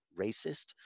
racist